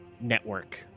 network